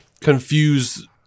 confuse